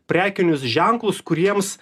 prekinius ženklus kuriems